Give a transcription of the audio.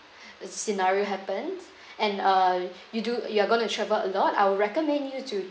scenario happens and uh you do you are going to travel a lot I'll recommend you to